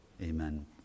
Amen